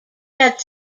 that